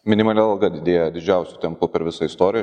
minimali alga didėjo didžiausiu tempu per visą istoriją